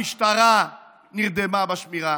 המשטרה נרדמה בשמירה.